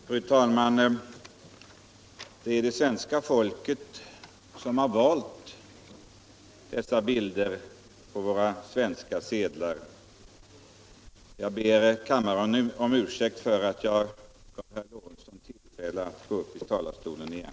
Fru talman! Det är det svenska folket som har valt dessa bilder på våra svenska sedlar. Jag ber kammaren om ursäkt för att jag gav herr Lorentzon tillfälle att gå upp i talarstolen igen.